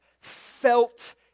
felt